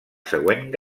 següent